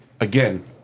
Again